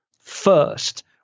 first